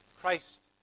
Christ